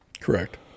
Correct